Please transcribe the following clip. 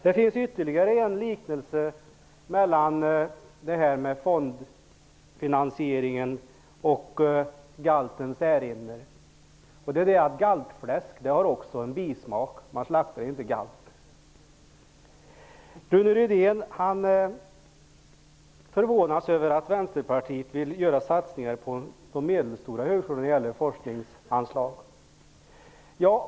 Det finns ytterligare en liknelse mellan fondfinansieringen och galten Särimner. Galtfläsk har en bismak. Man slaktar ju inte en galt. Rune Rydén förvånades över att Vänsterpartiet vill göra satsningar på medelstora högskolor i fråga om forskningsanslag.